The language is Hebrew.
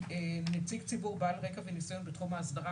נציג ציבור בעל רקע וניסיון בתחום ההסדרה,